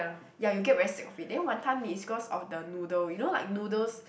ya you'll get very sick of it then Wanton Mee is cause of the noodle you know like noodles